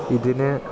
ഇതിന്